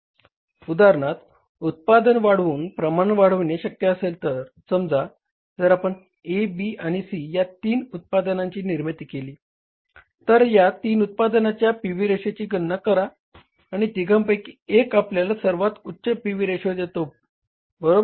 उदाहरणार्थ उत्पादन वाढवून प्रमाण वाढविणे शक्य असेल तर समजा जर आपण A B आणि C या तीन उत्पादनाची निर्मिती केली तर या तीन उत्पादनाच्या पीव्ही रेशोची गणना करा आणि तिघांपैकी एक आपल्याला सर्वात उच्च पी व्ही रेशो देतो बरोबर